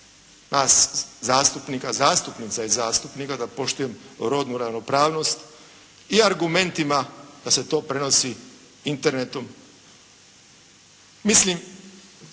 nas zastupnika, zastupnica i zastupnika da poštujem rodnu ravnopravnost i argumentima da se to prenosi internetom. Mislim